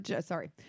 sorry